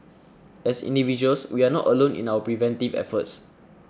as individuals we are not alone in our preventive efforts